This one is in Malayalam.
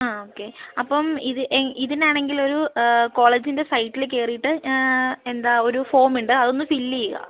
ആ ഓക്കെ അപ്പം ഇത് ഇതിന് ആണെങ്കിൽ ഒരു കോളേജിൻ്റെ സൈറ്റിൽ കയറിയിട്ട് എന്താ ഒരു ഫോമ് ഉണ്ട് അത് ഒന്ന് ഫില്ല് ചെയ്യുക